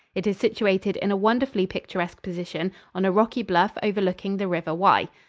it is situated in a wonderfully picturesque position, on a rocky bluff overlooking the river wye.